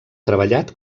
treballat